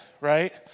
right